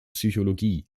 psychologie